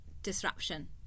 disruption